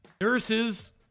nurses